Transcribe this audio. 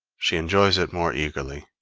she enjoys it more eagerly.